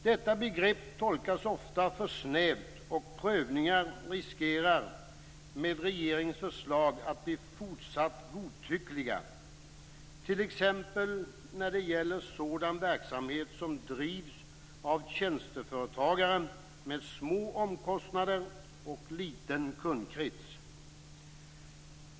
Detta begrepp tolkas ofta för snävt, och prövningar riskerar med regeringens förslag att bli fortsatt godtyckliga, t.ex. när det gäller sådan verksamhet som drivs av tjänsteföretagare med små omkostnader och liten kundkrets.